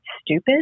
stupid